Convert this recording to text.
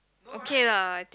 okay lah I think